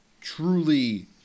truly